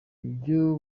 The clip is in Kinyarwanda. ivyo